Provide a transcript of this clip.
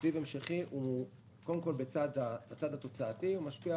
תקציב המשכי קודם כול צד התוצאה משפיע